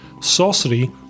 Sorcery